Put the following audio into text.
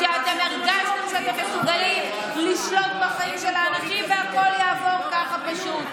כשהרגשתם שאתם מסוגלים לשלוט בחיים של האנשים והכול יעבור ככה פשוט.